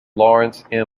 lawrence